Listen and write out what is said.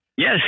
Yes